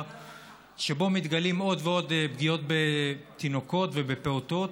שבהם מתגלים עוד ועוד פגיעות בתינוקות ובפעוטות.